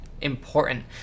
important